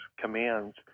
commands